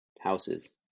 houses